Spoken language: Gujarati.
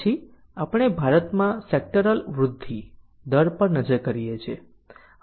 પછી આપણે ભારતમાં સેક્ટરલ વૃદ્ધિ દર પર નજર કરીએ છીએ